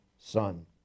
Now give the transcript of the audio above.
son